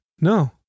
No